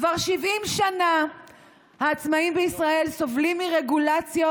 כבר 70 שנה העצמאים בישראל סובלים מרגולציות